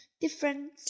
different